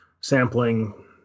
sampling